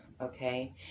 okay